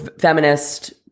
feminist